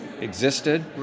existed